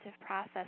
process